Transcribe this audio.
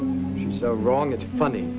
be so wrong it's funny